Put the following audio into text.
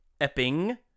Epping